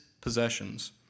possessions